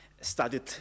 studied